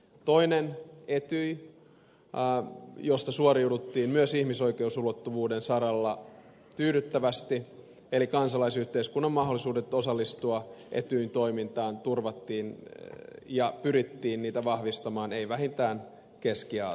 toinen oli etyj josta suoriuduttiin myös ihmisoikeusulottuvuuden saralla tyydyttävästi eli kansalaisyhteiskunnan mahdollisuudet osallistua etyjin toimintaan turvattiin ja pyrittiin niitä vahvistamaan ei vähiten keski aasiassa